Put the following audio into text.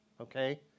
Okay